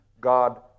God